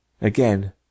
again